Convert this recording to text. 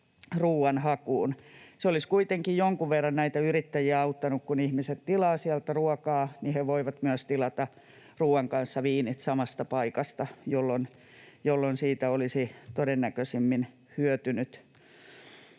‑ruoan hakuun. Se olisi kuitenkin jonkun verran näitä yrittäjiä auttanut, että kun ihmiset tilaavat sieltä ruokaa, niin he voivat tilata ruoan kanssa myös viinit samasta paikasta — siitä olisivat todennäköisimmin hyötyneet